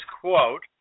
quote